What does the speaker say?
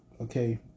Okay